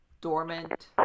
dormant